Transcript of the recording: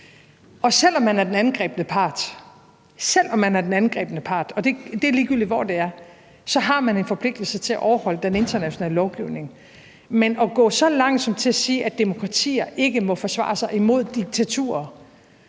– selv om man er den angrebne part, og det er ligegyldigt, hvor det er – har man en forpligtelse til at overholde den internationale lovgivning. Men hvis man går så langt som til at sige, at demokratier ikke må forsvare sig imod diktaturer,